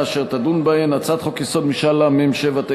אשר תדון בהן: הצעת חוק-יסוד: משאל עם,